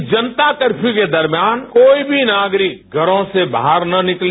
इस जनता कर्फ्यू के दौरान कोई भी नागरिक घरों से बाहर न निकले